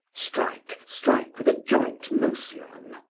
strike, strike, with a joint motion.